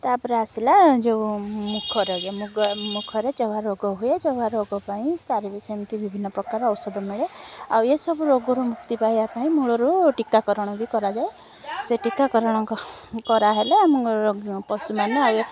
ତାପରେ ଆସିଲା ଯୋଉ ମୁଖ ରୋଗ ମୁଖରେ ଯାହା ରୋଗ ହୁଏ ଯାହା ରୋଗ ପାଇଁ ତାର ବି ସେମିତି ବିଭିନ୍ନ ପ୍ରକାର ଔଷଧ ମିଳେ ଆଉ ଏସବୁ ରୋଗରୁ ମୁକ୍ତି ପାଇବା ପାଇଁ ମୂଳରୁ ଟୀକାକରଣ ବି କରାଯାଏ ସେ ଟୀକାକରଣ କ କରାହେଲେ ଆମକୁ ପଶୁମାନେ ଆଉ ଏ